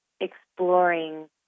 exploring